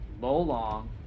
low-long